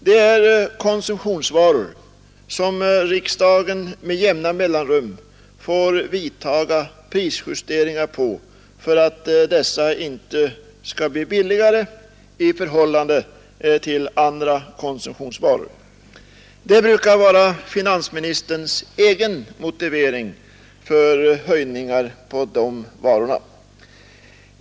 Det är konsumtionsvaror som riksdagen med jämna mellanrum får vidta prisjusteringar på för att de inte skall bli billigare jämfört med andra konsumtionsvaror. Det brukar vara finansministerns egen motivering för höjningar på de varorna.